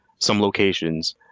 some locations,